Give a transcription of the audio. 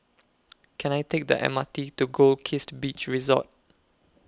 Can I Take The M R T to Goldkist Beach Resort